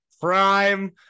Prime